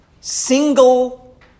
single